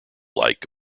like